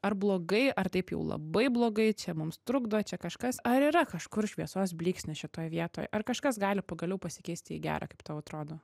ar blogai ar taip jau labai blogai čia mums trukdo čia kažkas ar yra kažkur šviesos blyksnis šitoj vietoj ar kažkas gali pagaliau pasikeisti į gera kaip tau atrodo